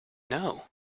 know